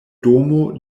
domo